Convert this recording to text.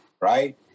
Right